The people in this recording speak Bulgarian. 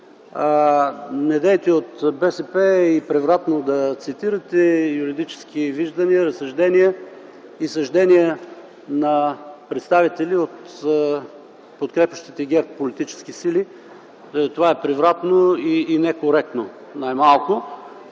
Недейте от БСП превратно да цитирате юридически виждания, съждения и разсъждения на представители от подкрепящите ГЕРБ политически сили. Това е превратно и некоректно най-малкото,